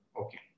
Okay